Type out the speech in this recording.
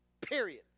Period